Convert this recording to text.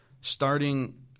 starting